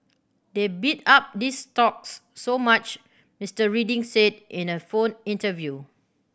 they bid up these stocks so much Mister Reading said in a phone interview